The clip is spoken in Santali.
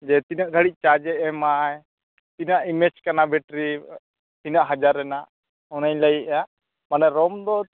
ᱡᱮ ᱛᱤᱱᱟᱹᱜ ᱜᱷᱟᱹᱲᱤᱡ ᱪᱟᱨᱡᱮ ᱮᱢᱟᱭ ᱛᱤᱱᱟᱹᱜ ᱤᱢᱮᱡᱽ ᱠᱟᱱᱟ ᱵᱮᱴᱨᱤ ᱛᱤᱱᱟᱹᱜ ᱦᱟᱡᱟᱨ ᱨᱮᱱᱟᱜ ᱚᱱᱮᱧ ᱞᱟᱹᱭᱮᱜᱼᱟ ᱢᱟᱱᱮ ᱨᱳᱢ ᱫᱚ